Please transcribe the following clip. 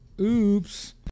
Oops